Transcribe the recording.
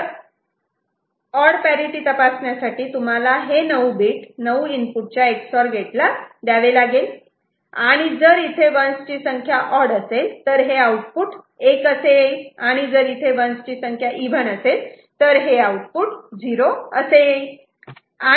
तर odd parity तपासण्यासाठी तुम्हाला हे 9 बीट 9 इनपुट च्या Ex OR गेटला द्यावे लागेल आणि जर इथे 1's ची संख्या ऑड असेल तर हे आउटपुट 1 असे येईल आणि जर इथे 1's ची संख्या इव्हन असेल तर हे आउटपुट 0 असे येईल